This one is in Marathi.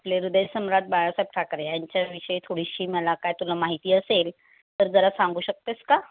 आपले हृदयसम्राट बाळासाहेब ठाकरे यांच्याविषयी थोडीशी मला काय तुला माहिती असेल तर जरा सांगू शकतेस का